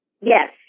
Yes